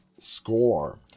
score